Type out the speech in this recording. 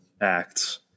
acts